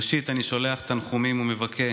ראשית, אני שולח תנחומים ומבכה